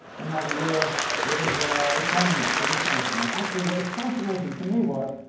another year it was economists, and this kind of thing. and actually, what was fascinating to me was,